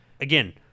Again